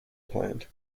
planned